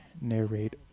narrate